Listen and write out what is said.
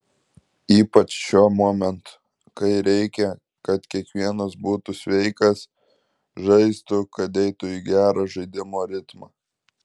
ypač šiuo momentu kai reikia kad kiekvienas būtų sveikas žaistų kad įeitų į gerą žaidimo ritmą